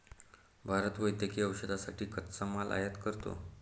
भारत वैद्यकीय औषधांसाठी कच्चा माल आयात करतो